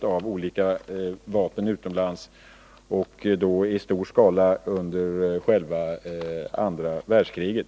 av olika vapen utomlands funnits under en lång tid, och då i stor skala under andra världskriget.